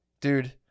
Dude